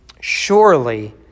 Surely